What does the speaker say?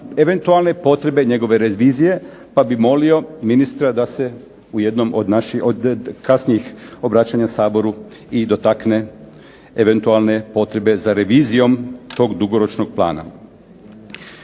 eventualne potrebe njegove revizije, pa bih molio ministra da se u jednom od naših, od kasnijih obraćanja Saboru i dotakne eventualne potrebe za revizijom tog dugoročnog plana.